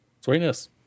Sweetness